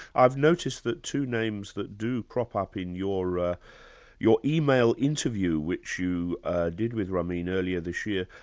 i've noticed that two names that do crop up in your ah your email interview, which you did with ramin earlier this year,